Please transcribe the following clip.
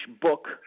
book